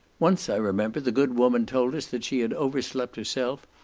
once, i remember, the good woman told us that she had overslept herself,